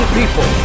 people